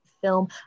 film